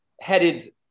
headed